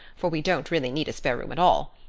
for we don't really need a spare room at all.